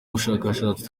bushakashatsi